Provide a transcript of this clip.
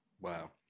Wow